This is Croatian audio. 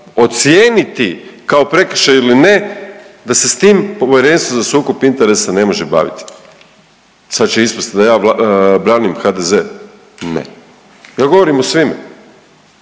ocijeniti kao prekršaj ili ne da se s tim Povjerenstvo za sukob interesa ne može baviti. Sad će ispast da ja branim HDZ. Ne, ja govorim o svima.